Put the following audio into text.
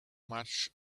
much